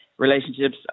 relationships